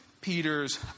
Peter's